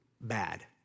bad